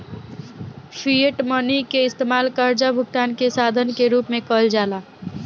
fiat money के इस्तमाल कर्जा भुगतान के साधन के रूप में कईल जाला